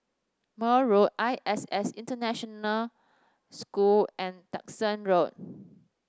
Mayne Road I S S International School and Duxton Road